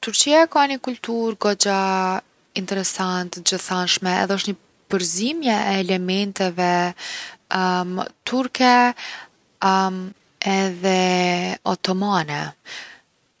Turqia e ka ni kulturë kogja interesant t’gjithanshme edhe osht ni përzimje e elementeve turke edhe otomane.